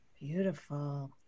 Beautiful